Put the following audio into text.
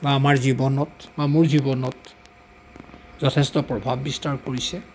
বা আমাৰ জীৱনত বা মোৰ জীৱনত যথেষ্ট প্ৰভাৱ বিস্তাৰ কৰিছে